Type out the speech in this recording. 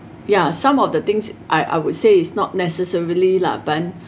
ya some of the things I I would say is not necessarily lah but